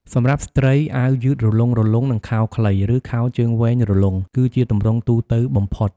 សម្រាប់ស្ត្រី អាវយឺតរលុងៗ និងខោខ្លី ឬខោជើងវែងរលុង គឺជាទម្រង់ទូទៅបំផុត។